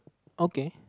okay